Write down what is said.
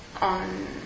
on